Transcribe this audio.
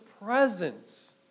presence